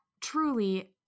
truly